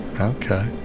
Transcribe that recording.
okay